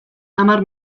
hamar